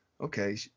okay